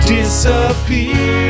Disappear